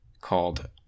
called